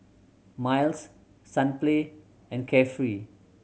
Miles Sunplay and Carefree